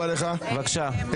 בכנסת,